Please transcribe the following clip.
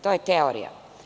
To je teorija.